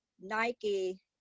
Nike